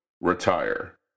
Retire